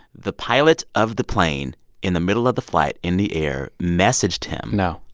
the pilot of the plane in the middle of the flight, in the air messaged him. no.